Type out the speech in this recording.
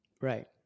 Right